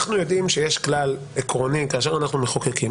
אנחנו יודעים שיש כלל עקרוני כאשר אנחנו מחוקקים.